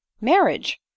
marriage